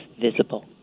visible